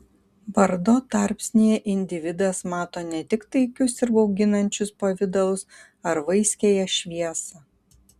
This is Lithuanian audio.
bardo tarpsnyje individas mato ne tik taikius ir bauginančius pavidalus ar vaiskiąją šviesą